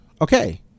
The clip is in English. Okay